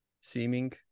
seeming